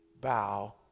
bow